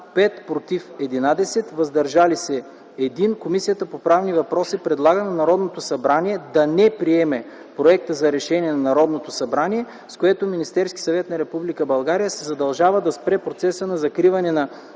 5, „против” – 11, „въздържал се” – 1, Комисията по правни въпроси предлага на Народното събрание да не приеме проекта за Решение на Народното събрание, с което Министерският съвет на Република България се задължава да спре процеса на закриване на